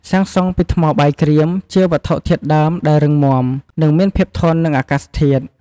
សាងសង់ពីថ្មបាយក្រៀម ជាវត្ថុធាតុដើមដែលរឹងមាំ និងមានភាពធន់នឹងអាកាសធាតុ។